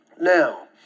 Now